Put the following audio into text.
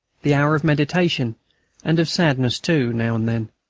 the hour of meditation and of sadness too now and then.